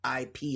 ip